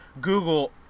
Google